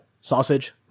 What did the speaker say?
sausage